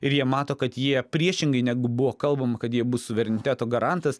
ir jie mato kad jie priešingai negu buvo kalbama kad jie bus suvereniteto garantas